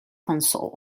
consul